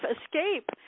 escape